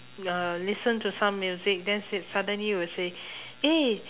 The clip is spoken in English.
uh listen to some music that's it suddenly you will say eh